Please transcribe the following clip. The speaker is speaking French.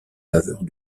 faveurs